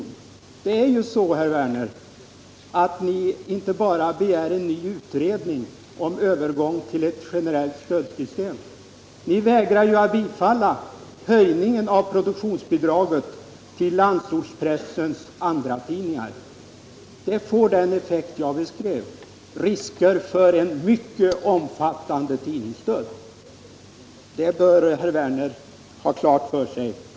Ni moderater begär ju, herr Werner, inte bara en ny utredning om övergång till ett generellt stödsystem. Ni vägrar ju också att biträda höjningen av produktionsbidraget till landsortspressens andratidningar. Det får den effekt jag beskrev — risker för en mycket omfattande tidningsdöd. Det bör herr Werner ha klart för sig.